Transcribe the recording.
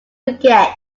forget